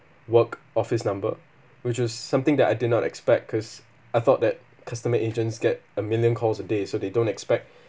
work office number which is something that I did not expect cause I thought that customer agents get a million calls a day so they don't expect